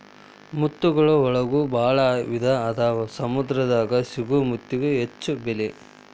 ಮುತ್ತುಗಳ ಒಳಗು ಭಾಳ ವಿಧಾ ಅದಾವ ಸಮುದ್ರ ದಾಗ ಸಿಗು ಮುತ್ತಿಗೆ ಹೆಚ್ಚ ಬೆಲಿ